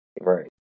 Right